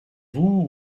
vous